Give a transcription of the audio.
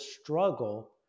struggle